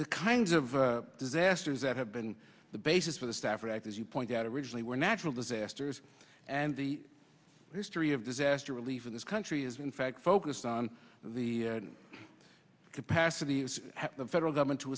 the kinds of disasters that have been the basis for the stafford act as you point out originally were natural disasters and the history of disaster relief in this country is in fact focused on the capacity of the federal government to